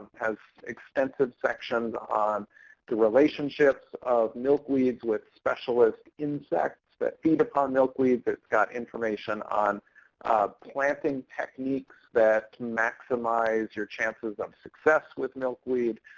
has extensive sections on the relationships of milkweeds with specialist insects that feed upon milkweeds. it's got information on planting techniques that maximize your chances of success with milkweed.